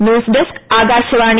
news desk Akashvani